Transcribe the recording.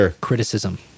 criticism